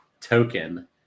token